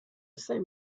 saint